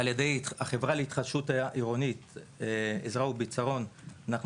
על ידי החברה להתחדשות עירונית עזרא ובצרון אנחנו